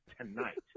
tonight